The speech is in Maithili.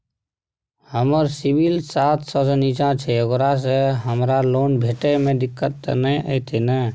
हमर सिबिल सात सौ से निचा छै ओकरा से हमरा लोन भेटय में दिक्कत त नय अयतै ने?